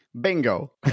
Bingo